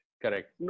Correct